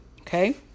Okay